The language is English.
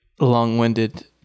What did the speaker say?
long-winded